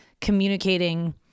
communicating